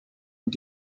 und